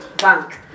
bank